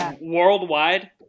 Worldwide